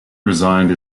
resigned